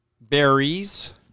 berries